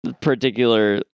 particular